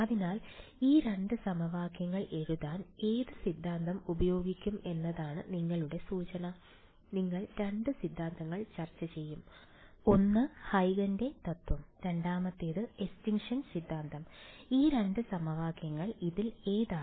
അതിനാൽ ഈ 2 സമവാക്യങ്ങൾ എഴുതാൻ ഏത് സിദ്ധാന്തം ഉപയോഗിക്കും എന്നതാണ് നിങ്ങളുടെ സൂചന നമ്മൾ 2 സിദ്ധാന്തങ്ങൾ ചർച്ച ചെയ്യും ഒന്ന് ഹ്യൂഗന്റെ Huygen's തത്വം രണ്ടാമത്തേത് എസ്റ്റിൻഷൻ സിദ്ധാന്തം ഈ 2 സമവാക്യങ്ങൾ ഇതിൽ ഏതാണ്